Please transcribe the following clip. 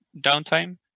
downtime